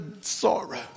sorrow